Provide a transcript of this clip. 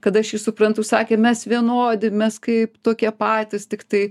kad aš jį suprantu sakė mes vienodi mes kaip tokie patys tiktai